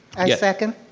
i second.